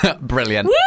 Brilliant